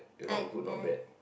I uh